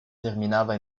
terminava